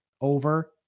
over